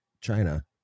china